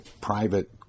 private